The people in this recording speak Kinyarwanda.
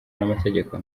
n’amategeko